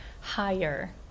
higher